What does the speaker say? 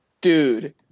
Dude